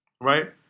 Right